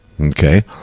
okay